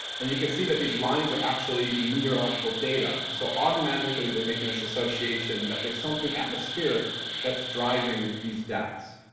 and you can see that these lines are actually meteorological data. so, automatically, they're making this association that there's something atmospheric that's driving these deaths.